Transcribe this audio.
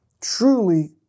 truly